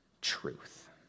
truth